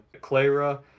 Clara